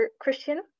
Christian